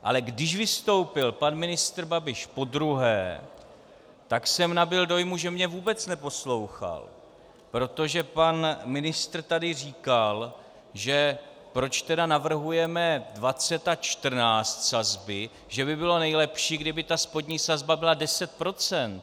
Ale když vystoupil pan ministr Babiš podruhé, tak jsem nabyl dojmu, že mě vůbec neposlouchal, protože pan ministr tady říkal, proč navrhujeme sazby 20 a 14, že by bylo nejlepší, kdyby ta spodní sazba byla 10 %.